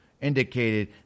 indicated